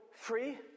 free